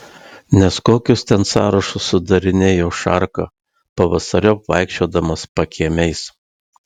nes kokius ten sąrašus sudarinėjo šarka pavasariop vaikščiodamas pakiemiais